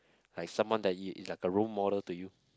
like someone that you is like a role model to you